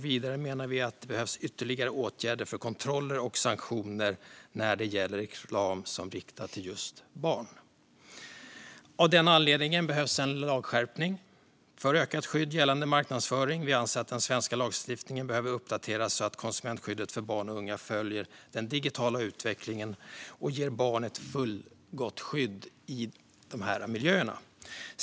Vidare menar vi att det behövs ytterligare åtgärder för kontroller och sanktioner när det gäller reklam som riktas till just barn. Av den anledningen behövs en lagskärpning för ökat skydd gällande marknadsföring. Vi anser att den svenska lagstiftningen behöver uppdateras så att konsumentskyddet för barn och unga följer den digitala utvecklingen och ger barn ett fullgott skydd i dessa miljöer.